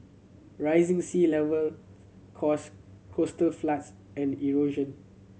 rising sea level cause coastal floods and erosion